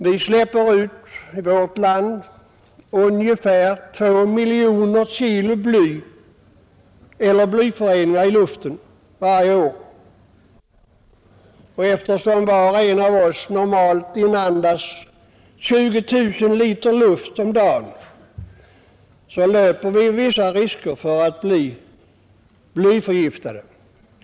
Vi släpper i vårt land ut ungefär två miljoner kilo bly eller blyföreningar i luften varje år. Eftersom var och en av oss normalt inandas 20 000 1 luft om dagen, löper vi vissa risker för att bli blyförgiftade.